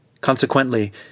Consequently